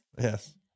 Yes